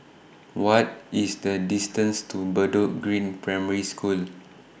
What IS The distance to Bedok Green Primary School